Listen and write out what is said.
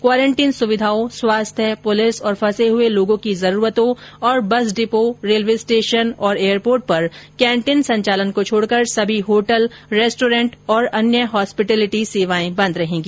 quarantine सुविधाओं स्वास्थ्य police और फंसे हुए लोगों की जरूरतों और बस डिपो रेलवे स्टेशन और एयरपोर्ट पर केन्टीन संचालन को छोडकर सभी होटल रेस्टोरेंट व अन्य होस्पिटिलिटि सेवाएं बंद रहेगी